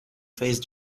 phase